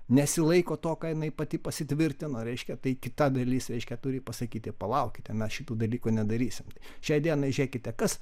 nesilaiko to ką jinai pati pasitvirtino reiškia tai kita dalis reiškia turi pasakyti palaukite mes šitų dalykų nedarysim šiai dienai žiūrėkite kas